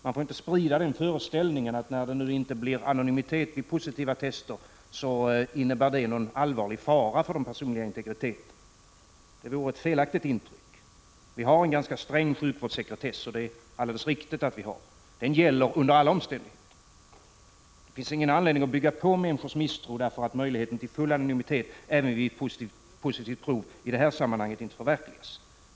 Man får inte sprida den föreställningen att när det nu inte blir anonymitet vid ett positivt testresultat, innebär det en allvarlig fara för den personliga integriteten — det vore ett felaktigt intryck. Vi har en ganska sträng sjukvårdssekretess, och det är helt riktigt att vi har en sådan. Den gäller under alla omständigheter. Det finns ingen anledning att bygga på människors misstro därför att möjligheten till full anonymitet även vid ett positivt prov i det här sammanhanget inte förverkligas.